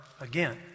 again